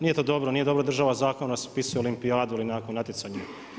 Nije to dobro, nije dobro da država zakonom raspisuje Olimpijadu ili nekako natjecanje.